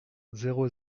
zéro